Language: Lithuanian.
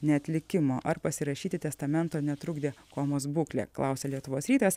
neatlikimo ar pasirašyti testamento netrukdė komos būklė klausia lietuvos rytas